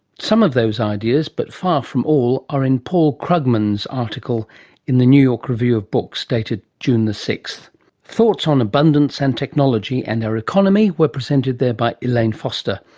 some of those ideas but far from all are in paul krugman's article in the new york review of books dated june sixth thoughts on abundance and technology and our economy were presented there by elaine foster,